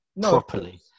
properly